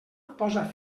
posa